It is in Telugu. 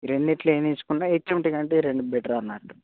రెండిటిలో ఏం తీసుకున్నా ఎట్లా ఉంటుంది అంటే రెండు బెటర్ అన్నట్టు